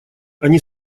они